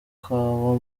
kawa